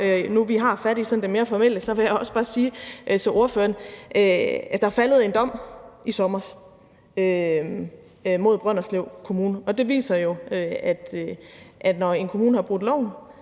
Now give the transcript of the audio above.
vi har haft fat i det lidt mere formelle, vil jeg også bare sige til ordføreren, at der er faldet en dom i sommer mod Brønderslev Kommune, og det viser jo, at når en kommune har brudt loven,